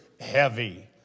heavy